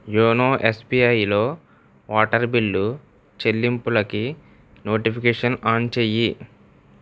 YONO ఎస్బీఐలో water bill చెల్లింపులకి notification on చేయి